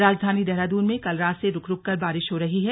राजधानी देहरादून में कल रात से रुक रुक बारिश हो रही है